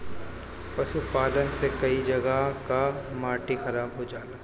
पशुपालन से कई जगह कअ माटी खराब हो जाला